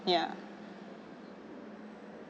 ya